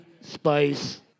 Spice